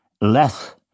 less